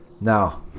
Now